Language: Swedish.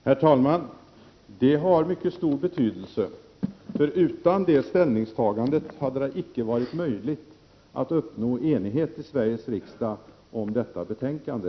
Herr talman! Det har mycket stor betydelse. Utan detta ställningstagande hade det icke varit möjligt att uppnå enighet i Sveriges riksdag om detta betänkande.